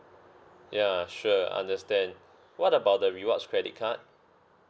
ya sure understand what about the rewards credit card